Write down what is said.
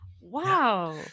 Wow